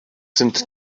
sind